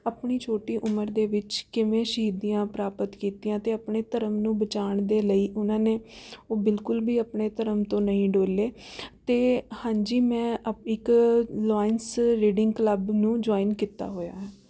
ਆਪਣੀ ਛੋਟੀ ਉਮਰ ਦੇ ਵਿੱਚ ਕਿਵੇਂ ਸ਼ਹੀਦੀਆਂ ਪ੍ਰਾਪਤ ਕੀਤੀਆਂ ਅਤੇ ਆਪਣੇ ਧਰਮ ਨੂੰ ਬਚਾਉਣ ਦੇ ਲਈ ਉਹਨਾਂ ਨੇ ਉਹ ਬਿਲਕੁਲ ਵੀ ਆਪਣੇ ਧਰਮ ਤੋਂ ਨਹੀਂ ਡੋਲੇ ਅਤੇ ਹਾਂਜੀ ਮੈਂ ਅਪ ਇੱਕ ਲੋਇੰਸ ਰੀਡਿੰਗ ਕਲੱਬ ਨੂੰ ਜੁਆਇਨ ਕੀਤਾ ਹੋਇਆ ਹੈ